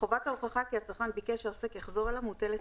חובת ההוכחה כי הצרכן ביקש שהעוסק יחזור אליו מוטלת